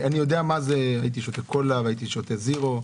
הייתי שותה קולה וזירו.